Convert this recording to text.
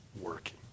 working